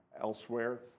Elsewhere